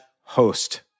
host